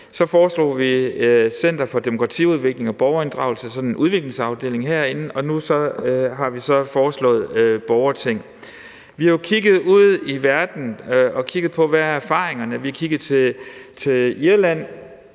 Så foreslog vi et center for demokratiudvikling og borgerinddragelse, altså sådan en udviklingsafdeling herinde, og nu har vi så foreslået et borgerting. Vi har jo kigget ud i verden og på, hvad erfaringerne er. Vi har kigget til Irland,